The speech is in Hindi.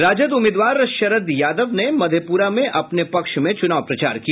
राजद उम्मीदवार शरद यादव ने मधेप्रा में अपने पक्ष में चुनाव प्रचार किया